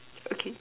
okay